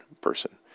person